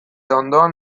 ondoan